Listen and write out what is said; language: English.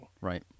Right